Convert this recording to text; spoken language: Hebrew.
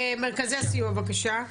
מרכזי הסיוע בבקשה.